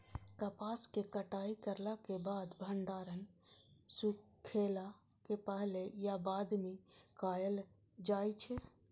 कपास के कटाई करला के बाद भंडारण सुखेला के पहले या बाद में कायल जाय छै?